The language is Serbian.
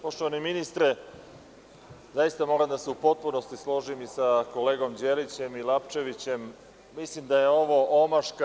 Poštovani ministre, zaista mora da se u potpunosti složim i sa kolegom Đelićem i Lapčevićem, mislim da je ovo omaška.